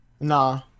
Nah